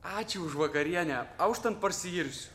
ačiū už vakarienę auštant parsiirsiu